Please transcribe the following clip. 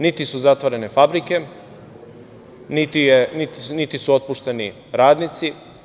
Niti su zatvarane fabrike, niti su otpušteni radnici.